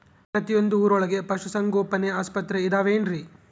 ಪ್ರತಿಯೊಂದು ಊರೊಳಗೆ ಪಶುಸಂಗೋಪನೆ ಆಸ್ಪತ್ರೆ ಅದವೇನ್ರಿ?